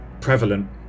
prevalent